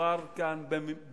שמדובר כאן במניפולציה,